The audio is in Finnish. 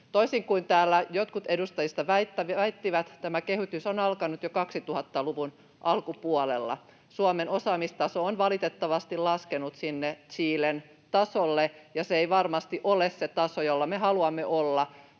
Toisin kuin täällä jotkut edustajista väittivät, tämä kehitys on alkanut jo 2000-luvun alkupuolella. Suomen osaamistaso on valitettavasti laskenut Chilen tasolle, ja se ei varmasti ole se taso, jolla me haluamme olla